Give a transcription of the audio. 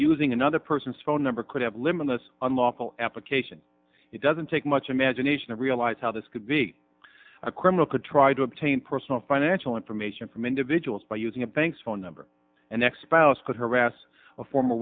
using another person's phone number could have limitless unlawful application it doesn't take much imagination to realize how this could be a criminal could try to obtain personal financial information from individuals by using a bank's phone number and x palace could harass a former